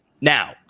now